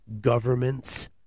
governments